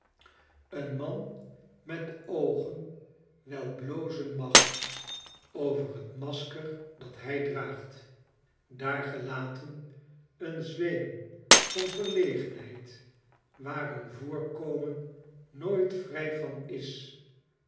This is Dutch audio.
en man met oogen wel blozen mag over t masker dat hij draagt daargelaten een zweem van verlegenheid waar hun voorkomen nooit vrij van is